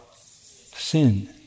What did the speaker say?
Sin